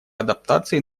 адаптации